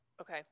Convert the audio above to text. Okay